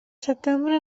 setembre